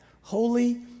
Holy